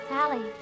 Sally